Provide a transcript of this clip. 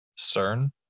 CERN